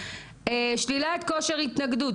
שלילת כושר התנגדות,